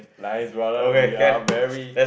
nice brother we are very